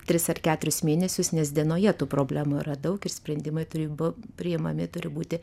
tris ar keturis mėnesius nes dienoje tų problemų yra daug ir sprendimai turi būt priimami turi būti